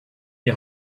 die